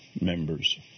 members